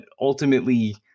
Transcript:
ultimately